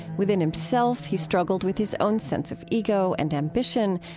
within himself, he struggled with his own sense of ego and ambition,